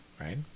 right